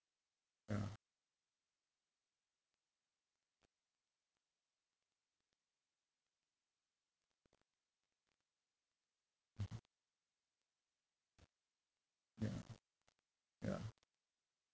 ya ya ya